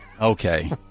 Okay